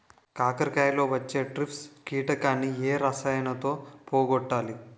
కాకరలో వచ్చే ట్రిప్స్ కిటకని ఏ రసాయనంతో పోగొట్టాలి?